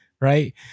right